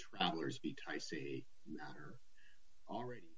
travelers be ty see already